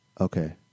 Okay